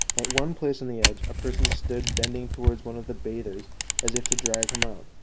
at one place on the edge a person stood bending towards one of the bathers as if to drag him out.